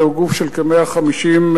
זהו גוף של כ-150 אנשים,